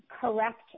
correct